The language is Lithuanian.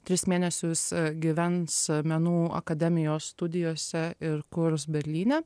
tris mėnesius gyvens menų akademijos studijose ir kurs berlyne